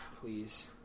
please